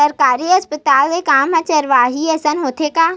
सरकारी अस्पताल के काम ह चारवाली असन होथे गा